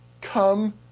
come